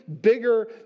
bigger